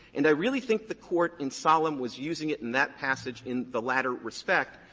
and i really think the court in solem was using it in that passage in the latter respect.